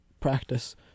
practice